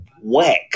Whack